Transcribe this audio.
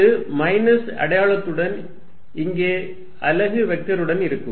இது மைனஸ் அடையாளத்துடன் இங்கே அலகு வெக்டருடன் இருக்கும்